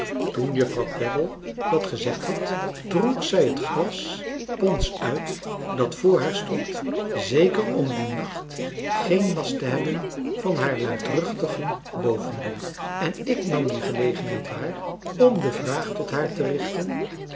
toen juffrouw kwebbel dat gezegd had dronk zij het glas pons uit dat voor haar stond zeker om dien nacht geen last te hebben van haar luidruchtigen bovenbuur en ik nam die gelegenheid waar om de vraag tot haar te richten